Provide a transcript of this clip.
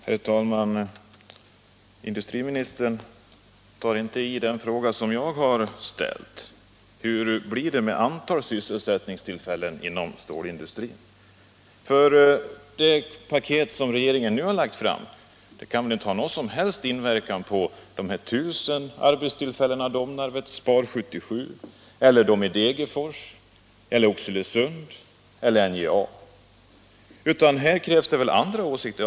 Herr talman! Industriministern tar inte upp den fråga som jag har ställt: Hur blir det med antalet sysselsättningstillfällen inom stålindustrin? Det paket som regeringen nu har lagt fram kan väl inte ha någon som helst inverkan på dessa 1 000 arbetstillfällen som Domnarvet spar 1977 — eller på dem som spars i Degerfors, i Oxelösund eller hos NJA. Här krävs det väl andra insatser.